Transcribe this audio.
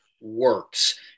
works